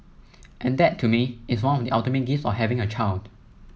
and that to me is one of the ultimate gifts of having a child